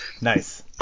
nice